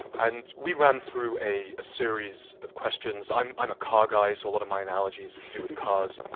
and we ran through a a series of questions. i'm i'm a car guy so a lot of my analogies have and to do with cars.